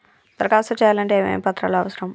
దరఖాస్తు చేయాలంటే ఏమేమి పత్రాలు అవసరం?